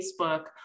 Facebook